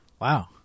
Wow